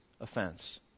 offense